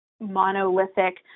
monolithic